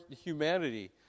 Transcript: humanity